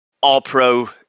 all-pro